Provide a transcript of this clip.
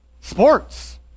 sports